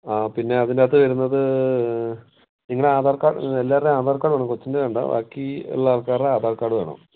ആ പിന്നെ അതിനകത്ത് വരുന്നത് നിങ്ങളുടെ ആധാർ കാർഡ് എല്ലാവരുടെയും ആധാർ കാർഡ് വേണം കൊച്ചിൻ്റെ വേണ്ട ബാക്കി എല്ലാ ആൾക്കാരുടെയും ആധാർ കാർഡ് വേണം